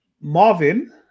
Marvin